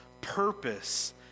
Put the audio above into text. purpose